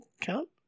count